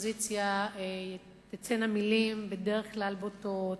אופוזיציה תצאנה מלים בדרך כלל בוטות,